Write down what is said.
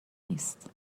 نیست